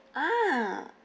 ah